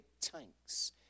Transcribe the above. tanks